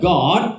God